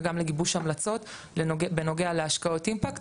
וגם לגיבוש המלצות בנוגע להשקעות אימפקט,